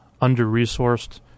under-resourced